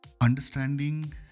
Understanding